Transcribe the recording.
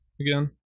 again